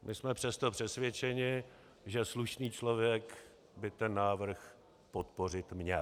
My jsme přesto přesvědčeni, že slušný člověk by ten návrh podpořit měl.